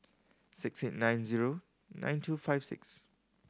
six eight nine zero nine two five six